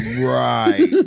Right